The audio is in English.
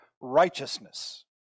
righteousness